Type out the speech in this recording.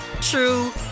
true